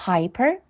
Piper